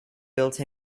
built